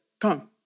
come